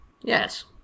Yes